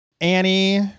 Annie